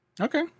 Okay